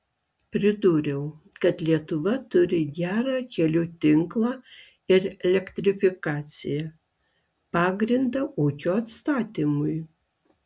pridūriau kad lietuva turi gerą kelių tinklą ir elektrifikaciją pagrindą ūkio atstatymui